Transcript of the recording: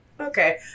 Okay